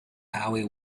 howie